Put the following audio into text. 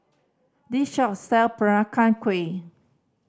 this shop sell Peranakan Kueh